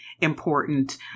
important